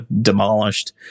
demolished